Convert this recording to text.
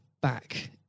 back